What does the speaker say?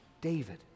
David